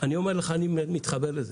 אני מתחבר לנושא